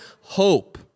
hope